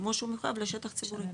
כמו שהוא מחויב לשטח ציבורי.